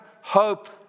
hope